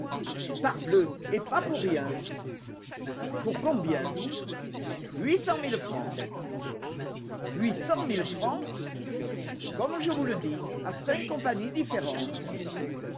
parbleu et pas pour rien pour combien huit cent mille francs huit cent mille francs comme je vous le dis à cinq compagnies différentes